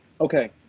Okay